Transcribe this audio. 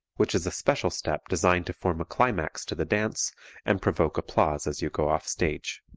which is a special step designed to form a climax to the dance and provoke applause as you go off stage.